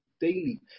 Daily